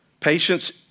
Patience